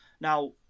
Now